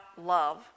love